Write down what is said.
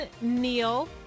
Neal